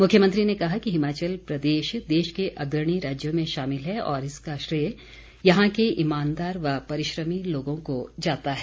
मुख्यमंत्री ने कहा कि हिमाचल प्रदेश देश के अग्रणी राज्यों में शामिल है और इसका श्रेय यहां के ईमानदार व परिश्रमी लोगों को जाता है